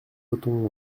breton